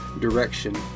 direction